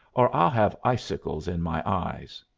or i'll have icicles in my eyes.